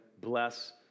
bless